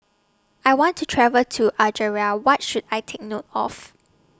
I want to travel to Algeria What should I Take note of